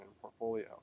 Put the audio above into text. portfolio